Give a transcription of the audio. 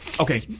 Okay